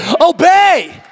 Obey